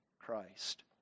Christ